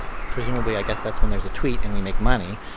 presumably, i guess, that's when there's a tweet and we make money.